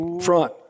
front